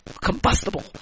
combustible